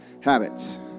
habits